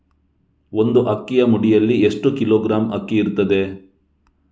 ಒಂದು ಅಕ್ಕಿಯ ಮುಡಿಯಲ್ಲಿ ಎಷ್ಟು ಕಿಲೋಗ್ರಾಂ ಅಕ್ಕಿ ಇರ್ತದೆ?